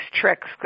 tricks